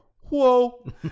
whoa